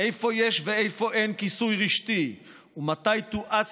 איפה יש ואיפה אין כיסוי רשתי ומתי תואץ